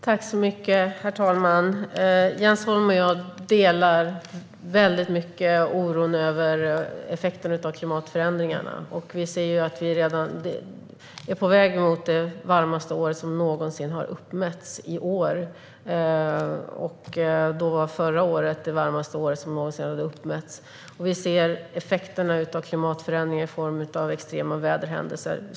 Herr talman! Jens Holm och jag delar i mycket hög grad oron över effekten av klimatförändringarna. Vi ser ju att vi i år är på väg mot det varmaste år som någonsin har uppmätts. Det varmaste år som hittills uppmätts är förra året. Vi ser effekterna av klimatförändringar i form av extrema väderhändelser.